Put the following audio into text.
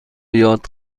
یاد